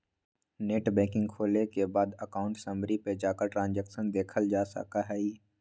net banking खोले के बाद अकाउंट समरी पर जाकर ट्रांसैक्शन देखलजा सका हई